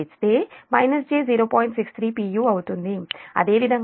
u అవుతుంది అదేవిధంగా Ib j0